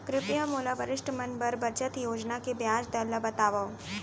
कृपया मोला वरिष्ठ मन बर बचत योजना के ब्याज दर ला बतावव